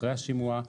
אחרי השימוע.